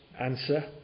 answer